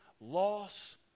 loss